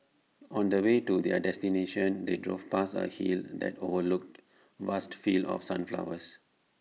on the way to their destination they drove past A hill that overlooked vast fields of sunflowers